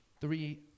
Three